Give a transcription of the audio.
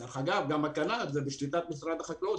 דרך אגב זה גם בשליטת משרד החקלאות,